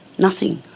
nothing,